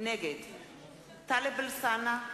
נגד טלב אלסאנע,